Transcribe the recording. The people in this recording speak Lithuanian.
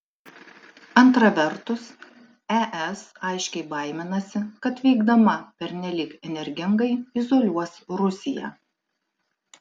antra vertus es aiškiai baiminasi kad veikdama pernelyg energingai izoliuos rusiją